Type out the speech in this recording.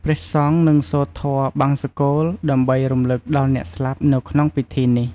ព្រះសង្ឃនឹង សូត្រធម៌បង្សុកូល ដើម្បីរំលឹកដល់អ្នកស្លាប់នៅក្នុងពិធីនេះ។